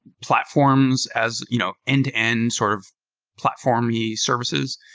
platforms as you know end-to-end sort of platform-y services.